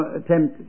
attempt